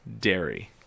dairy